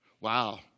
Wow